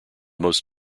most